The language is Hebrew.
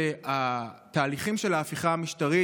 שהתהליכים של ההפיכה המשטרית,